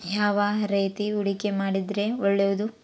ಯಾವ ರೇತಿ ಹೂಡಿಕೆ ಮಾಡಿದ್ರೆ ಒಳ್ಳೆಯದು?